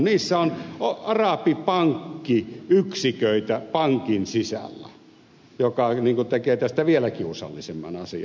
niissä on arabipankkiyksiköitä pankin sisällä mikä tekee tästä vielä kiusallisemman asian